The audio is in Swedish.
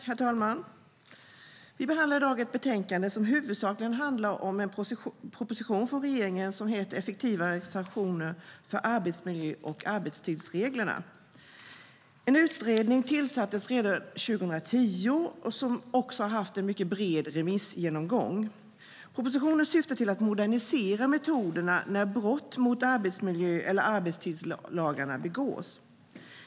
Herr talman! Vi behandlar i dag ett betänkande som huvudsakligen handlar om en proposition från regeringen som heter Effektivare sanktioner för arbetsmiljö och arbetstidsreglerna m.m . En utredning tillsattes redan 2010, och det har varit en bred remissomgång. Propositionen syftar till att modernisera metoderna för när brott mot arbetsmiljö eller arbetstidslagarna begås.